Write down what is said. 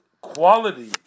quality